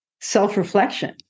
Self-reflection